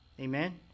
Amen